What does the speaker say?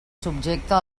subjecte